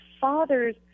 Father's